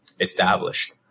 established